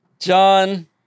John